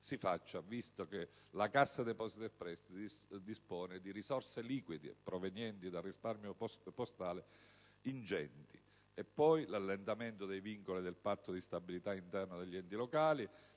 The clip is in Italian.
dal momento che la Cassa depositi e prestiti dispone di ingenti risorse liquide provenienti dal risparmio postale); dall'allentamento dei vincoli del Patto di stabilità interno degli enti locali